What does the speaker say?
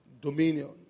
Dominion